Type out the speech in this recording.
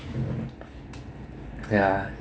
ya